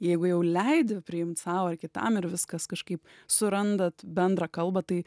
jeigu jau leidi priimti sau ar kitam ir viskas kažkaip surandat bendrą kalbą tai